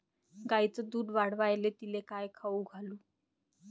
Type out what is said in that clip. गायीचं दुध वाढवायले तिले काय खाऊ घालू?